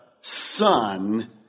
Son